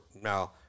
now